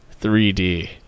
3D